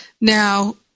Now